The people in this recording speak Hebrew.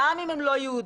גם אם הם לא יהודים,